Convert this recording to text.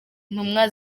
ntumwa